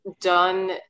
done